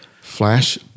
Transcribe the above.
Flash